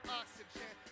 oxygen